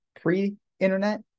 pre-internet